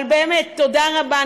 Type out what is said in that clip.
אבל באמת תודה רבה.